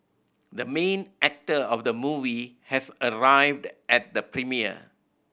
the main actor of the movie has arrived at the premiere